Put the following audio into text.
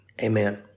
amen